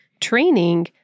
training